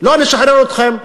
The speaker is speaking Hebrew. לא נשחרר אתכם.